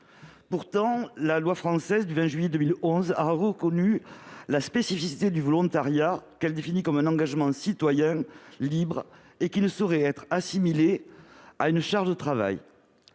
Pourtant, la loi française du 20 juillet 2011 a reconnu la spécificité du volontariat, qu'elle définit comme un engagement citoyen libre qui ne saurait être assimilé à une charge de travail.